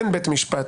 אין בית משפט,